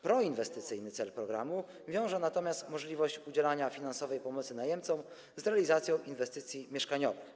Proinwestycyjny cel programu wiąże natomiast możliwość udzielania finansowej pomocy najemcom z realizacją inwestycji mieszkaniowych.